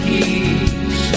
Keys